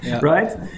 right